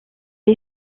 est